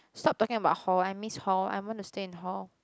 stop talking about hall I miss hall I'm gonna stay in hall